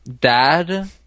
dad